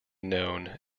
known